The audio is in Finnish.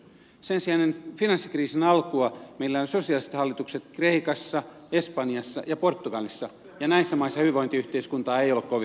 sen sijaan ennen finanssikriisin alkua meillä olivat sosialistihallitukset kreikassa espanjassa ja portugalissa ja näissä maissa hyvinvointiyhteiskuntaa ei ole kovin hyvin turvattu